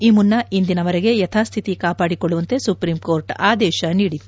ಈ ಮುನ್ನ ಇಂದಿನವರೆಗೆ ಯಥಾಸ್ದಿತಿ ಕಾಪಾದಿಕೊಳ್ಳುವಂತೆ ಸುಪ್ರೀಂಕೋರ್ಟ್ ಆದೇಶ ನೀದಿತ್ತು